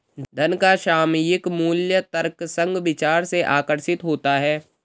धन का सामयिक मूल्य तर्कसंग विचार से आकर्षित होता है